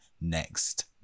next